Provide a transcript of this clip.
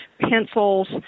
pencils